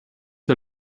der